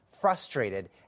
frustrated